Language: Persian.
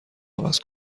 عوض